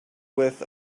with